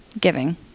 Giving